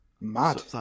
Mad